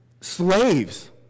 slaves